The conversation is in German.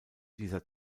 dieser